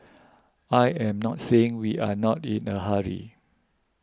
I am not saying we are not in a hurry